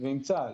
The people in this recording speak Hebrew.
ועם צה"ל.